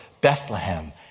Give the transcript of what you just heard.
Bethlehem